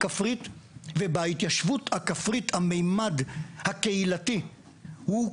כפרית ובהתיישבות הכפרית הממד הקהילתי הוא קריטי,